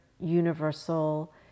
universal